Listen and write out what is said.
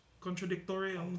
contradictory